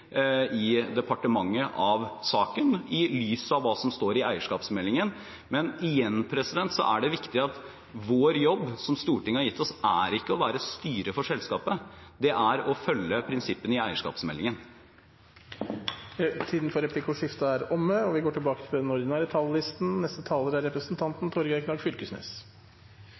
i departementet, i lys av hva som står i eierskapsmeldingen. Men igjen: Det er viktig at vår jobb, som Stortinget har gitt oss, ikke er å være styre for selskapet, men å følge prinsippene i eierskapsmeldingen. Replikkordskiftet er omme. Eg synest den replikkvekslinga vi var gjennom her, illustrerte det som gjer at dette er ei viktig og prinsipiell sak å ta opp. Ho viser korleis regjeringa stiller seg til